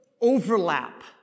overlap